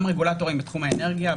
גם רגולטורים בתחום האנרגיה,